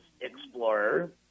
explorer